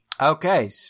Okay